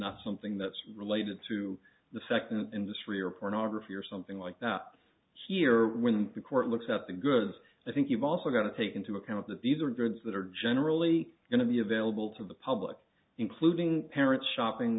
not something that's related to the fact an industry or pornography or something like that up here when the court looks up the goods i think you've also got to take into account that these are drugs that are generally going to be available to the public including parents shopping